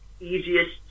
easiest